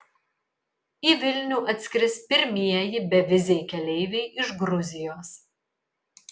į vilnių atskris pirmieji beviziai keleiviai iš gruzijos